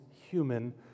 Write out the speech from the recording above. human